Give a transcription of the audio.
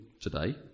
today